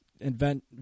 invent